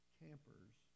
campers